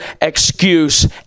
excuse